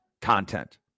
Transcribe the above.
content